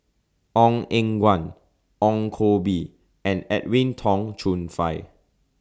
Ong Eng Guan Ong Koh Bee and Edwin Tong Chun Fai